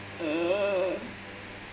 mm